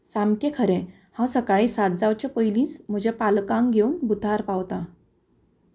सामकें खरें हांव सकाळीं सात जावच्या पयलींच म्हजे पालकांक घेवन बुथार पावतां